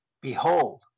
Behold